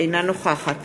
אינה נוכחת